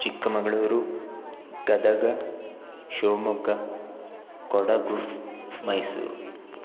Chikkamagaluru Gadag Shivamogga Kodagu Mysuru